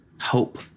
hope